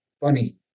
funny